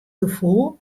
gefoel